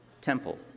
temple